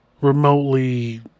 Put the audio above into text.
remotely